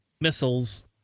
missiles